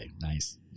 nice